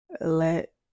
let